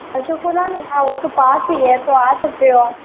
Ashok colony हाँ वो तो पास ही है तो आ सकते हो आप